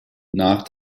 nach